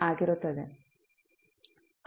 ಆಗಿರುತ್ತದೆ